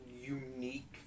unique